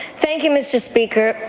thank you, mr. speaker.